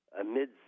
amid